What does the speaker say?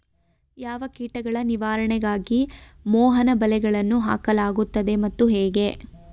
ಯಾವ ಕೀಟಗಳ ನಿವಾರಣೆಗಾಗಿ ಮೋಹನ ಬಲೆಗಳನ್ನು ಹಾಕಲಾಗುತ್ತದೆ ಮತ್ತು ಹೇಗೆ?